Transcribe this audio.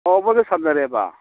ꯑꯣ ꯃꯣꯏꯒ ꯁꯝꯅꯔꯦꯕ